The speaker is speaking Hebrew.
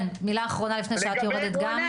כן, מילה אחרונה לפני שאת יורדת גם.